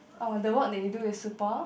orh the work that you do is super